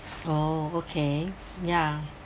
oh okay yeah